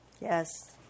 Yes